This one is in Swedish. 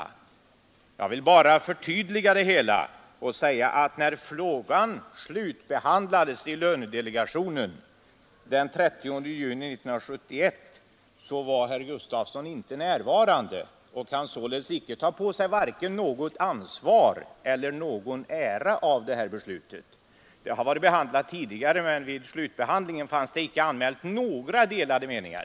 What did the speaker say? Jag vill bara förtydliga det hela och säga att när frågan slutbehandlades i lönedelegationen den 30 juni 1971 var herr Gustavsson inte närvarande och kan således varken ta på sig ansvar för eller inhösta någon ära av beslutet. Frågan hade varit behandlad tidigare i lönedelegationen, men vid slutbehandlingen fanns inte några delade meningar.